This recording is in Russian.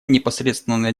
непосредственно